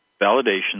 validation